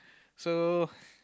so